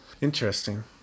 interesting